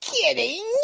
Kidding